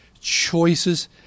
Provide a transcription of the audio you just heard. choices